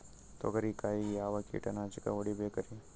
ತೊಗರಿ ಕಾಯಿಗೆ ಯಾವ ಕೀಟನಾಶಕ ಹೊಡಿಬೇಕರಿ?